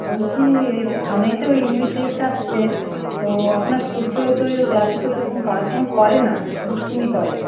বলছি এই তো সামনেই তো ইউনিট টেস্ট আসছে তো আপনার সূর্য তো ক্লাসে তো সেরকম পড়াশুনা করে না দুষ্টুমি করে